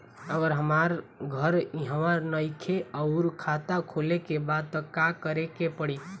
अगर हमार घर इहवा नईखे आउर खाता खोले के बा त का करे के पड़ी?